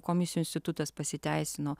komisijų institutas pasiteisino